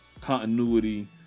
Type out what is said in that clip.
continuity